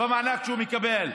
במענק שהוא מקבל.